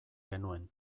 genuen